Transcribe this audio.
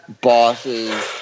bosses